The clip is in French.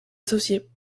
associés